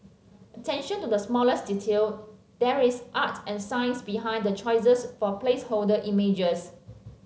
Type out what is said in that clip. attention to the smallest detail there is art and science behind the choices for placeholder images